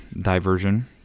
diversion